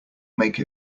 make